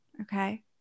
Okay